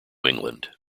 england